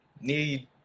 need